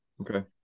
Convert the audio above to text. Okay